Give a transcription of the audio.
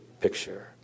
picture